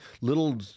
little